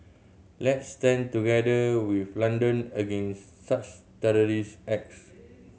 let's stand together with London against such terrorist acts